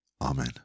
Amen